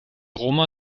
roma